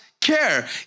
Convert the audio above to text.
care